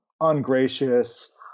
ungracious